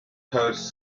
posed